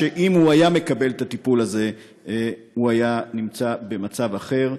שאם הוא היה מקבל את הטיפול הזה הוא היה במצב אחר.